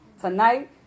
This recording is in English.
tonight